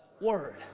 Word